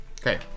Okay